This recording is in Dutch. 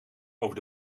over